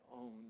own